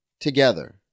together